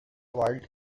wild